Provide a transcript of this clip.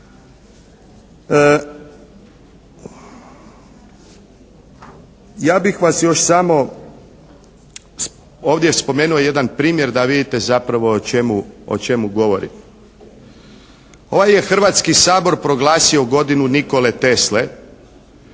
Ja bih vas još samo, ovdje spomenuo jedan primjer da vidite zapravo o čemu govorim. Ovaj je Hrvatski sabor proglasio godinu Nikole Tesle